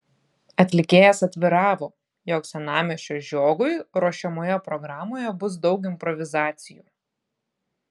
atlikėjas atviravo jog senamiesčio žiogui ruošiamoje programoje bus daug improvizacijų